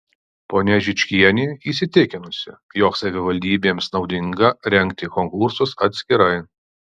ponia žičkienė įsitikinusi jog savivaldybėms naudinga rengti konkursus atskirai